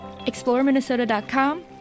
ExploreMinnesota.com